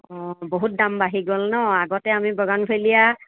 অঁ বহুত দাম বাঢ়ি গ'ল ন আগতে আমি বাগানভেলিয়া